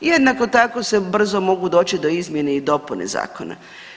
Jednako tako se brzo mogu doći do izmjene i dopune zakona.